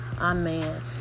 amen